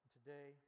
Today